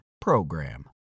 PROGRAM